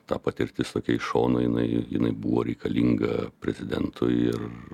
ta patirtis tokia iš šono jinai jinai buvo reikalinga prezidentui ir